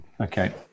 Okay